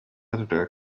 editor